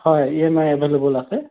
হয় E M I এভেইলেৱ'ল আছে